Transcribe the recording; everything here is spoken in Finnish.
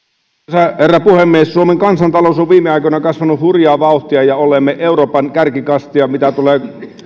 arvoisa herra puhemies suomen kansantalous on viime aikoina kasvanut hurjaa vauhtia ja olemme euroopan kärkikastia mitä tulee